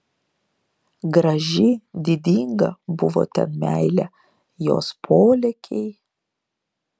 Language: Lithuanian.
graži didinga buvo ten meilė jos polėkiai